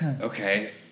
Okay